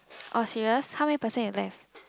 oh serious how many percent you left